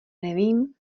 nevím